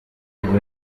ibi